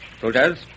Soldiers